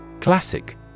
Classic